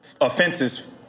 offenses